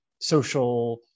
social